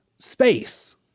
space